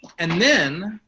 and then,